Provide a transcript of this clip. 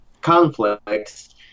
conflicts